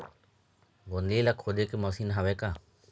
गोंदली ला खोदे के मशीन हावे का?